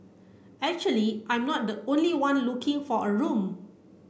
actually I'm not the only one looking for a room